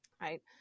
right